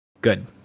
good